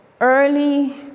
early